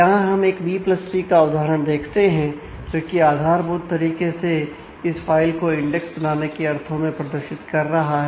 यहां हम एक बी प्लस ट्री का उदाहरण देखते है जोकि आधारभूत तरीके से इस फाइल को इंडेक्स बनाने के अर्थों में प्रदर्शित कर रहा है